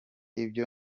ibyo